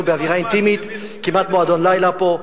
אנחנו באווירה אינטימית, כמעט מועדון לילה פה,